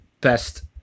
best